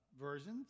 versions